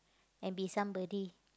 and be somebody